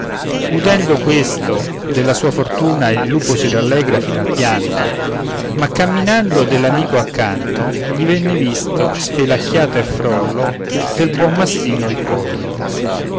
udendo questo della sua fortuna il lupo si rallegra fino al pianto ma camminando dell'amico accanto gli venne visto spelacchiato e frollo del buon mastino il collo